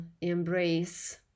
embrace